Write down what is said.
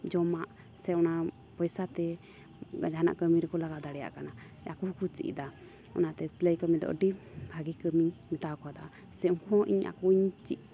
ᱡᱚᱢᱟᱜ ᱥᱮ ᱚᱟᱱ ᱯᱚᱭᱥᱟᱛᱮ ᱡᱟᱦᱟᱱᱟᱜ ᱠᱟᱹᱢᱤ ᱨᱮᱠᱚ ᱞᱟᱜᱟᱣ ᱫᱟᱲᱮᱭᱟᱜ ᱠᱟᱱᱟ ᱟᱠᱚ ᱦᱚᱸ ᱠᱚ ᱪᱮᱫ ᱮᱫᱟ ᱚᱱᱟᱛᱮ ᱥᱤᱞᱟᱹᱭ ᱠᱟᱹᱢᱤ ᱫᱚ ᱟᱹᱰᱤ ᱵᱷᱟᱹᱜᱤ ᱠᱟᱹᱢᱤ ᱢᱮᱛᱟᱣ ᱠᱟᱣᱫᱟ ᱥᱮ ᱩᱱᱠᱩ ᱦᱚᱸ ᱤᱧ ᱟᱠᱚᱧ ᱪᱮᱫ